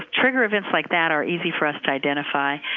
trigger events like that are easy for us to identify.